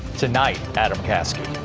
tonight, adam caskey.